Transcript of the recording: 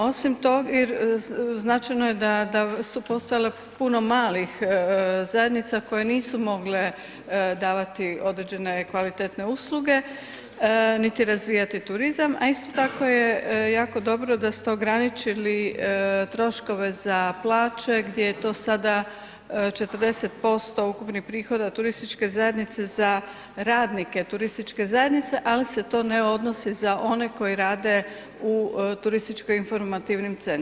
Osim toga, i značajno je da su postojala puno malih zajednica koje nisu mogle davati određene kvalitetne usluge niti razvijati turizam, a isto tako je jako dobro da ste ograničili troškove za plaće gdje je to sada 40% ukupnih prihoda turističke zajednice za radnike turističke zajednice, ali se to ne odnosi za one koji rade u turističko informativnim centrima.